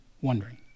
wondering